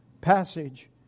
passage